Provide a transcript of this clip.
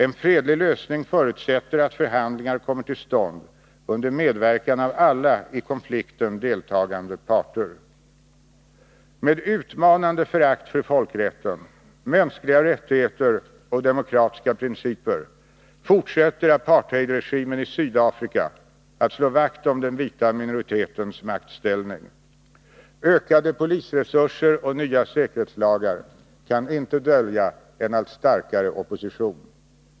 En fredlig lösning förutsätter att förhandlingar kommer till stånd under medverkande av alla i konflikten deltagande parter. Med utmanande förakt för folkrätten, mänskliga rättigheter och demokratiska principer fortsätter apartheidregimen i Sydafrika att slå vakt om den vita minoritetens maktställning. Ökade polisresurser och nya säkerhetslagar kaninte dölja en allt starkare opposition.